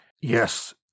yes